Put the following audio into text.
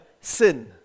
sin